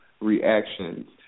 reactions